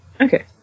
Okay